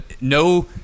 No